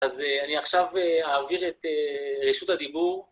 אז אני עכשיו אעביר את רשות הדיבור.